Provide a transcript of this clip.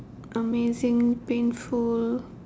amazing painful